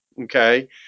okay